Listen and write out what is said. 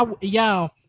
Y'all